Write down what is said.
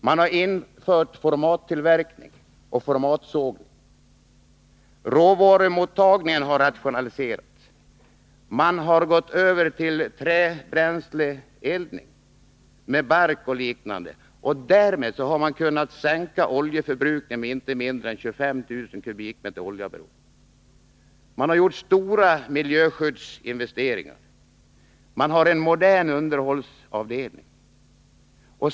Man har infört formattillverkning och formatsågning. Råvarumottagningen har rationaliserats. Man har gått över till träbränsleeldning, med bark och liknande, och därmed har man kunnat sänka oljeförbrukningen med inte mindre än 25 000 kubikmeter per år. Man har gjort stora miljöskyddsinvesteringar. Man har en modern underhållsavdelning.